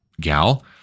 gal